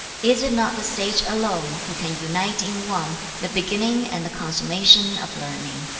is it not the sage alone, who can unite in one the beginning and the consummation of learning